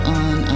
on